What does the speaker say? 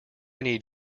need